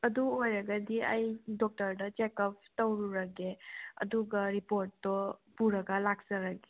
ꯑꯗꯨ ꯑꯣꯏꯔꯒꯗꯤ ꯑꯩ ꯗꯣꯛꯇꯔꯗ ꯆꯦꯛꯑꯞ ꯇꯧꯔꯨꯔꯒꯦ ꯑꯗꯨꯒ ꯔꯤꯄꯣꯠꯇꯣ ꯄꯨꯔꯒ ꯂꯥꯛꯆꯔꯒꯦ